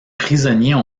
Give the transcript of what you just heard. prisonniers